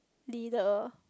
leader